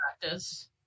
practice